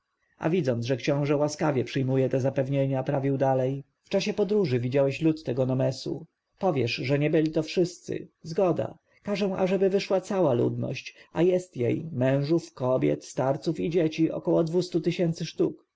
widząc że książę łaskawie przyjmuje te zapewnienia prawił dalej w czasie podróży widziałeś lud tego nomesu powiesz że nie byli wszyscy zgoda każę aby wyszła cała ludność a jest jej mężów kobiet starców i dzieci około dwustu tysięcy sztuk